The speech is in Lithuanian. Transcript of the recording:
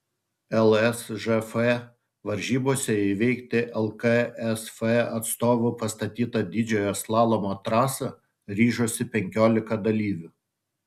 lsžf varžybose įveikti lksf atstovų pastatytą didžiojo slalomo trasą ryžosi penkiolika dalyvių